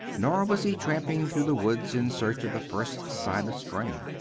nor was he tramping through the woods in search of the first sign of spring.